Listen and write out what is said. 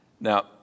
Now